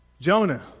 Jonah